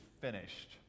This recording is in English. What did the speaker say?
finished